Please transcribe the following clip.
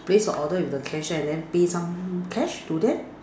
place the order with the cashier and then pay some cash to them